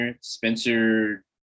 Spencer